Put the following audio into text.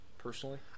personally